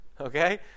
Okay